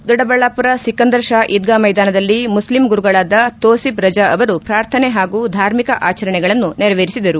ದೊಡ್ಡಬಳ್ಳಾಪುರ ಸಿಕಂದರ್ ಪಾ ಈದ್ಗಾ ಮೈದಾನದಲ್ಲಿ ಮುಸ್ಲಿಂ ಗುರುಗಳಾದ ತೋಸಿಬ್ ರಜಾ ಅವರು ಪ್ರಾರ್ಥನೆ ಹಾಗೂ ಧಾರ್ಮಿಕ ಆಚರಣೆಗಳನ್ನು ನೆರವೇರಿಸಿದರು